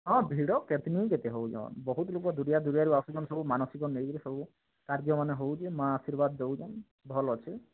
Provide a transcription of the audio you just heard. ହଁ ଭିଡ଼ କେତନି କେତେ ହଉଛନ୍ ବହୁତ ଲୁକ ଦୁରିଆ ଦୁରିଆରୁ ଆସୁଛନ ସବୁ ମାନସିକ ନେଇକିରି ସବୁ କାର୍ଯ୍ୟମାନେ ହେଉଛି ମାଆ ଆର୍ଶୀବାଦ ଦେଉଛନ୍ ଭଲ ଅଛେ